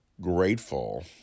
grateful